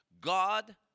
God